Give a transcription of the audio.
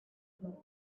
smoke